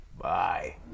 Bye